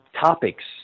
topics